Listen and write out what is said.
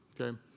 Okay